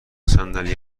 صندلی